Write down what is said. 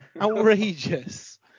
Outrageous